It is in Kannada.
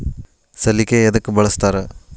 ಸಲಿಕೆ ಯದಕ್ ಬಳಸ್ತಾರ?